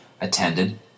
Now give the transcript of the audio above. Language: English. attended